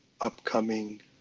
upcoming